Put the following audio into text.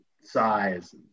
size